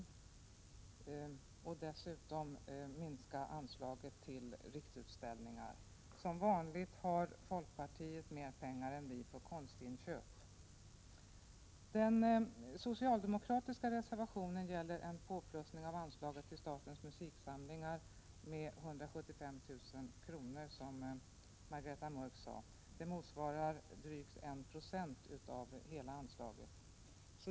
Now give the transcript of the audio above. De vill dessutom minska anslaget till Riksutställningar. Som vanligt föreslår folkpartiet mer pengar än vi för konstinköp. Den socialdemokratiska reservationen gäller ett ökat anslag till statens musiksamlingar med 175 000 kr., som Margareta Mörck sade. Det motsvarar drygt 1 90 av hela anslaget.